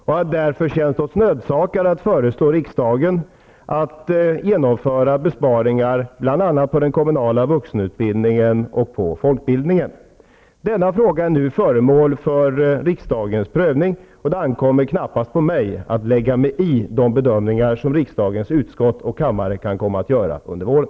Vi har därför känt oss nödsakade att föreslå riksdagen att genomföra besparingar bl.a. på den kommunala vuxenutbildningen och på folkbildningen. Denna fråga är nu föremål för riksdagens prövning. Det ankommer knappast på mig att lägga mig i de bedömningar som riksdagens utskott och kammare kan komma att göra under våren.